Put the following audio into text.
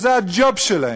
שזה הג'וב שלהם,